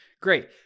great